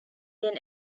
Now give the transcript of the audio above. then